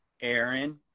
Aaron